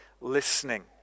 listening